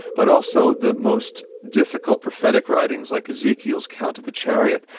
but also the most difficult prophetic writings, like ezekiel's account of the chariot,